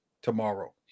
tomorrow